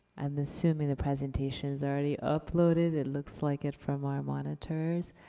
i'm assuming the presentation's already uploaded? it looks like it from our monitors.